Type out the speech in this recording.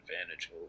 advantage